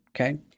Okay